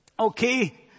Okay